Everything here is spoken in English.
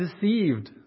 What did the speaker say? deceived